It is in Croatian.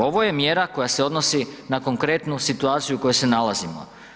Ovo je mjera koja se odnosi na konkretnu situaciju u kojoj se nalazimo.